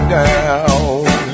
down